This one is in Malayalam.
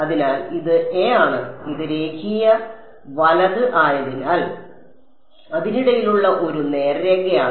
അതിനാൽ ഇത് a ആണ് ഇത് രേഖീയ വലത് ആയതിനാൽ അതിനിടയിലുള്ള ഒരു നേർരേഖയാണ്